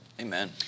Amen